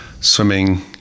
swimming